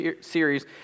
series